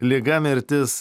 liga mirtis